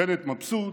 בנט מבסוט,